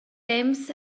temps